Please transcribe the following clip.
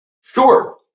Sure